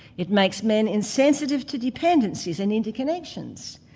it makes men insensitive to dependencies and interconnections,